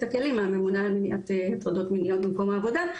הכלים מהממונה על מניעת הטרדות מיניות במקום העבודה.